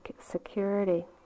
security